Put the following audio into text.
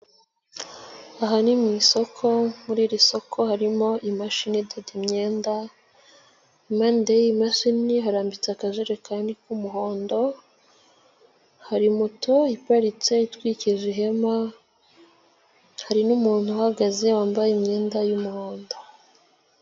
Aha ni mu isoko, muri iri soko harimo imashini idoda imyenda, impande y'iyi mashini harambitse akajerekani k'umuhondo, hari moto iparitse itwikije ihema, hari n'umuntu uhagaze wambaye imyenda y'umuhondo.